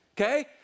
okay